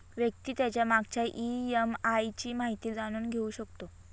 व्यक्ती त्याच्या मागच्या ई.एम.आय ची माहिती जाणून घेऊ शकतो